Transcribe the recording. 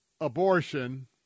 abortion